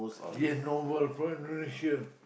ya novel from Indonesia